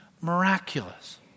miraculous